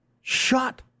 shot